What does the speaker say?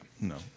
No